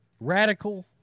radical